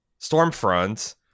Stormfront